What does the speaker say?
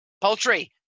Poultry